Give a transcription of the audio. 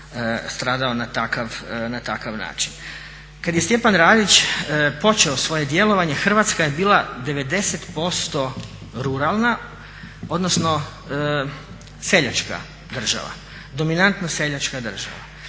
stradao na takav način. Kada je Stjepan Radić počeo svoje djelovanje Hrvatska je bila 90% ruralna odnosno seljačka država, dominantno seljačka država.